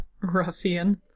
ruffian